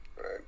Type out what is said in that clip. right